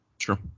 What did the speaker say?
Sure